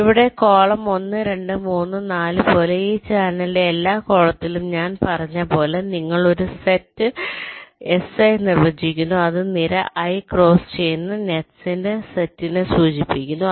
ഇവിടെ കോളം 1 2 3 4 പോലെ ഈ ചാനലിന്റെ എല്ലാ കോളത്തിലും ഞാൻ പറഞ്ഞതുപോലെ നിങ്ങൾ ഒരു സെറ്റ് Si നിർവചിക്കുന്നു അത് നിര i ക്രോസ് ചെയ്യുന്ന നെറ്റ്സിന്റെ സെറ്റിനെ സൂചിപ്പിക്കുന്നു